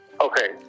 Okay